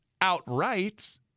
outright